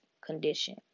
condition